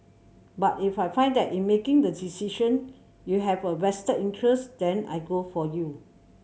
but if I find that in making the decision you have a vested interest then I go for you